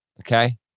okay